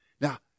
Now